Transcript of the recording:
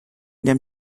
them